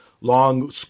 long